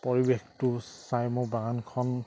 পৰিৱেশটো চাই মোৰ বাগানখন